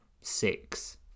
six